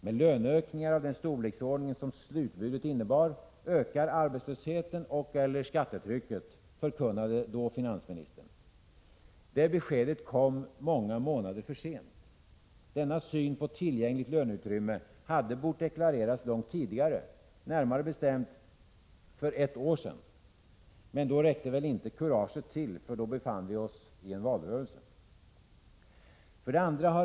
Med löneökningar av den storleksordning som slutbudet innebar ökar arbetslösheten och/eller skattetrycket, förkunnade då finansministern. Det beskedet kom många månader för sent. Denna syn på tillgängligt löneutrymme hade bort deklareras långt tidigare — närmare bestämt för ett år sedan. Men då räckte väl inte kuraget till, för då befann vi oss i en valrörelse. 2.